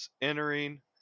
entering